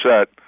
set